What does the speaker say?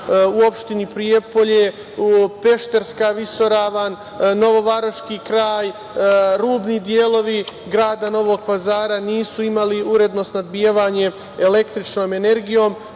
u opštini Prijepolje, Pešterska visoravan, novovaroški kraj, rubni delovi grada Novog Pazara nisu imali uredno snabdevanje električnom energijom,